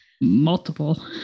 multiple